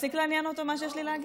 הפסיק לעניין אותו מה שיש לי להגיד?